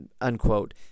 unquote